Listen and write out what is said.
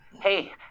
hey